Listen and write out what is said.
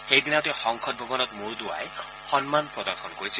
সেইদিনা তেওঁ সংসদ ভৱনত মূৰ দেঁৱাই সন্মান প্ৰদৰ্শন কৰিছিল